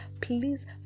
please